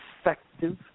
effective